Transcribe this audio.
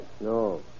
No